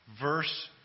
verse